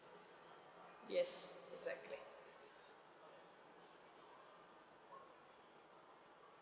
yes exactly